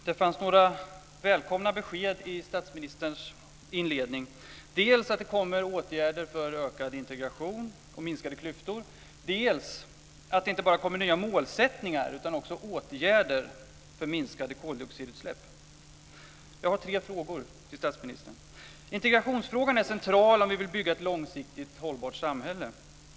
Fru talman! Det fanns några välkomna besked i statsministerns inledning. Dels kommer det åtgärder för ökad integration och minskade klyftor, dels kommer det inte bara nya målsättningar utan också åtgärder för minskade koldioxidutsläpp. Jag har tre frågor till statsministern. Integrationsfrågan är central om vi vill bygga ett långsiktigt hållbart samhälle.